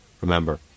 remember